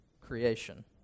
creation